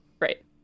Right